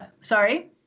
sorry